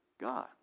God